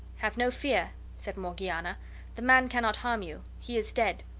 have no fear, said morgiana the man cannot harm you he is dead.